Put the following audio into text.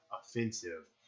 offensive